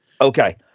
Okay